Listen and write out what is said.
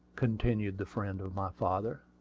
continued the friend of my father.